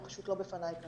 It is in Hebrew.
הוא פשוט לא בפניי כרגע.